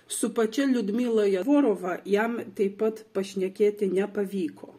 su pačia liudmila jegorovą jam taip pat pašnekėti nepavyko